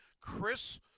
Chris